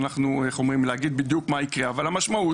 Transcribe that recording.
אבל המשמעות